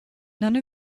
none